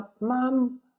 mom